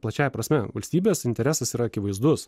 plačiąja prasme valstybės interesas yra akivaizdus